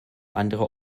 andere